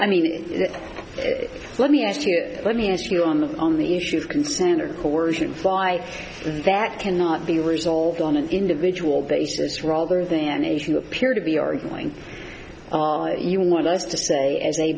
i mean let me ask you let me ask you on the on the issue of consent or correlation fly that cannot be resolved on an individual basis rather than a few appear to be arguing you want us to say as a